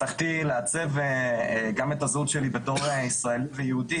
הצלחתי לעצב גם את הזהות שלי בתור ישראלי ויהודי,